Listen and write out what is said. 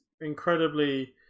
incredibly